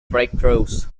breakthroughs